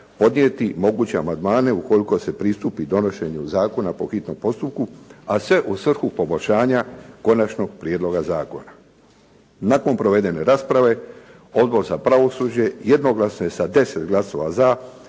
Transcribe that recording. podnijeti određene amandmane ukoliko se pristupi donošenju zakona po hitnom postupku, a sve u svrhu poboljšanja konačnoga prijedloga zakona. Nakon provedene rasprave Odbor za pravosuđe jednoglasno je sa 10 glasova za,